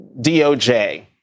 DOJ